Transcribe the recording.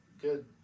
good